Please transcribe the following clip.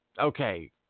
okay